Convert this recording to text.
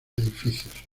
edificios